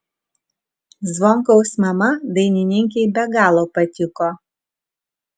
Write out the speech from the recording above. zvonkaus mama dainininkei be galo patiko